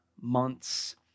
months